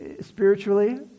spiritually